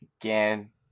again